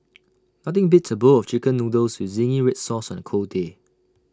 nothing beats A bowl of Chicken Noodles with Zingy Red Sauce on A cold day